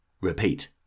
repeat